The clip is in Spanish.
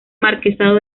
marquesado